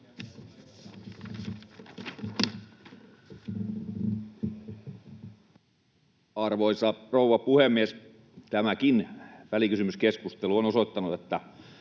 Arvoisa rouva puhemies! Tämäkin välikysymyskeskustelu on osoittanut, että